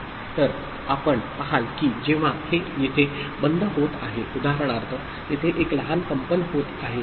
तर आपण पहाल की जेव्हा हे येथे बंद होत आहे उदाहरणार्थ तेथे एक लहान कंपन होत आहे